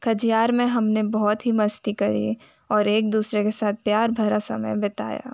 खजियार में हम ने बहुत ही मस्ती करी और एक दूसरे के साथ प्यार भरा समय बिताया